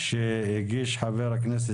כולל כל התיקונים שהוקראו,